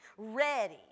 ready